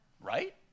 Right